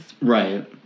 Right